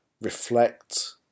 reflect